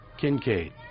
Kincaid